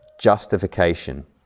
justification